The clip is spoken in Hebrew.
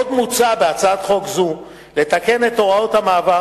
עוד מוצע בהצעת חוק זו לתקן את הוראות המעבר